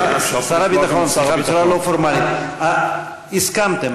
שר הביטחון, לא פורמלית, הסכמתם.